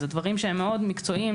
זה דברים שהם מאוד מקצועיים,